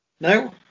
No